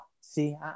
See